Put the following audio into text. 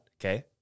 Okay